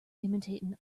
imitating